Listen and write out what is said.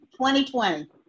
2020